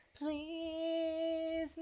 Please